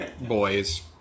boys